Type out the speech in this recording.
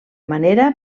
manera